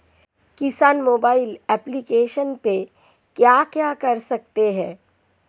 किसान mobile application पे क्या क्या कर सकते हैं?